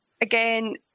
again